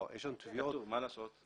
זה כתוב, מה לעשות.